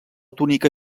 túnica